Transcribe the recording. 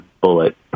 bullet